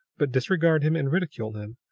but disregard him and ridicule him,